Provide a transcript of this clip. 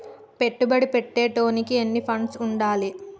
పెట్టుబడి పెట్టేటోనికి ఎన్ని ఫండ్స్ ఉండాలే?